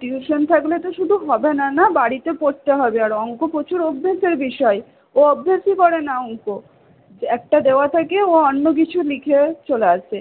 tuition থাকলে তো শুধু হবে না না বাড়িতে পড়তে হবে আর অঙ্ক প্রচুর অভ্যেসের বিষয় ও অভ্যেসই করে না অঙ্ক একটা দেওয়া থাকে ও অন্য কিছু লিখে চলে আসে